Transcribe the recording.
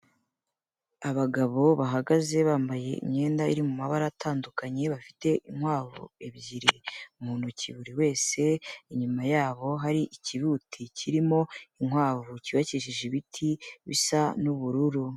Abagabo bahagaze bambaye imyenda iri mu mabara atandukanye bafite inkwavu ebyiri mu ntoki buri wese, inyuma yabo hari ikibuti kirimo inkwavu cyubakisheje ibiti bisa n'ubururu.